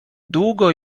długo